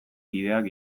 kideak